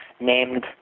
named